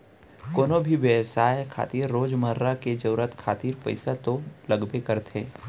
कोनो भी बेवसाय खातिर रोजमर्रा के जरुरत खातिर पइसा तो लगबे करथे